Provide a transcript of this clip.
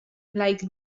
like